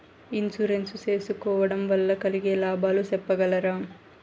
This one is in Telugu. ఇన్సూరెన్సు సేసుకోవడం వల్ల కలిగే లాభాలు సెప్పగలరా?